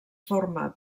forma